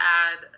add